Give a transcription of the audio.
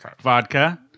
vodka